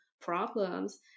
problems